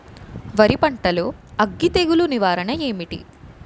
వరి పంటలో అగ్గి తెగులు నివారణ ఏంటి?